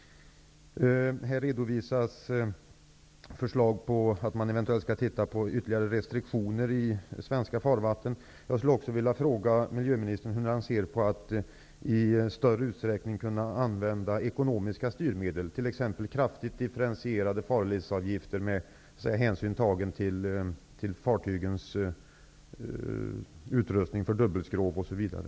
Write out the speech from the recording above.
Här redovisas förslag om ytterligare restriktioner i svenska farvatten. Jag skulle vilja fråga hur miljöministern ser på möjligheten att i större utsträckning använda ekonomiska styrmedel, t.ex. kraftigt differentierade farledsavgifter med hänsyn tagen till fartygens utrustning för dubbelskrov osv.